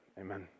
Amen